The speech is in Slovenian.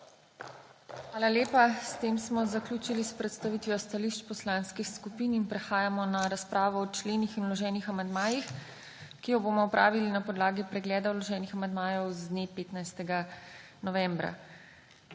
Hvala lepa. S tem smo zaključili s predstavitvijo stališč poslanskih skupin in prehajamo na razpravo o členih in vloženih amandmajih, ki jo bomo opravili na podlagi pregleda vloženih amandmajev z dne 15. novembra.